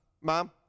mom